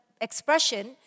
expression